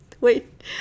Wait